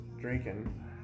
drinking